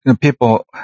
people